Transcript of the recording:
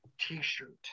t-shirt